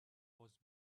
was